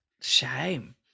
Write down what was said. Shame